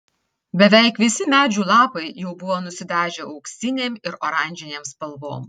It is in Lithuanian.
beveik visi medžių lapai jau buvo nusidažę auksinėm ir oranžinėm spalvom